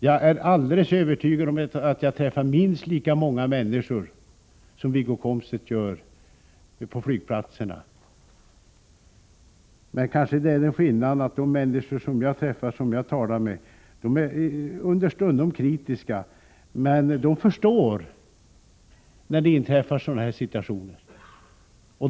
Jag är alldeles övertygad om att jag träffar minst lika många människor som Wiggo Komstedt gör på flygplatserna. Det kanske är den skillnaden att de människor som jag talar med understundom är kritiska, men de har förståelse när det inträffar sådana här situationer.